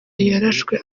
yarashwe